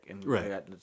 Right